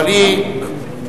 אבל, היא, נכון.